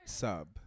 sub